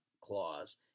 clause